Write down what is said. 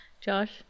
Josh